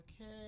Okay